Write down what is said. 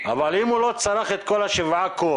אבל אם הוא לא צרך את כל ה-7 קוב,